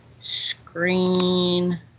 screen